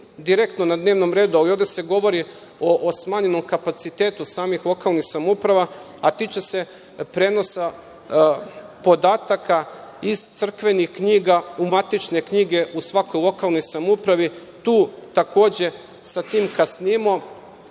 direktno na dnevnom redu, ali ovde se govori o smanjenom kapacitetu samih lokalnih samouprava, a tiče se prenosa podataka iz crkvenih knjiga u matične knjige u svakoj lokalnoj samoupravi. Tu, takođe, sa tim kasnimo. Zamolio